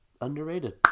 Underrated